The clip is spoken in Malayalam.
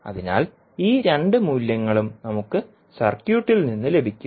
അതിനാൽ ഈ രണ്ട് മൂല്യങ്ങളും നമുക്ക് സർക്യൂട്ടിൽ നിന്ന് ലഭിക്കും